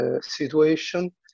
situation